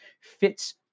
fits